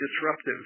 disruptive